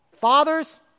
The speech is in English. Fathers